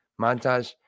Montage